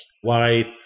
white